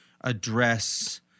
address